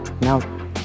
now